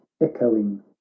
echoing